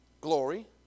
glory